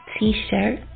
t-shirt